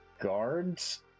guards